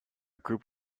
group